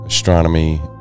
Astronomy